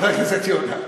חבר הכנסת יונה.